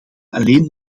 alleen